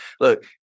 Look